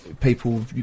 people